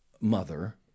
mother